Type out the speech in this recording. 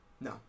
No